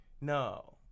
No